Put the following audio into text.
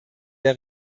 der